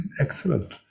Excellent